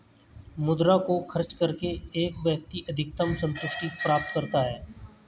मुद्रा को खर्च करके एक व्यक्ति अधिकतम सन्तुष्टि प्राप्त करता है